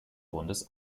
bundes